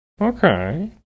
Okay